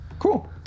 Cool